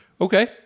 Okay